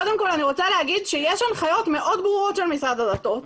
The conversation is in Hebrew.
קודם כול אני רוצה לומר שיש הנחיות מאוד ברורות של משרד הדתות.